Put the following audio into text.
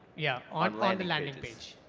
yeah on landing landing pages,